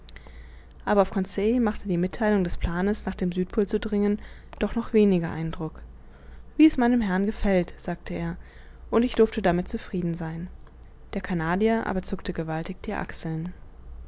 aber auf conseil machte die mittheilung des planes nach dem südpol zu dringen doch noch weniger eindruck wie es meinem herrn gefällt sagte er und ich durfte damit zufrieden sein der canadier aber zuckte gewaltig die achseln